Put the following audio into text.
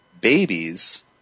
babies